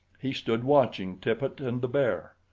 he stood watching tippet and the bear.